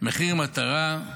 מחיר מטרה,